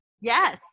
yes